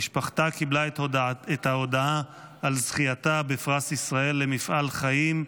קיבלה משפחתה את ההודעה על זכייתה בפרס ישראל על מפעל חיים,